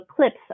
clips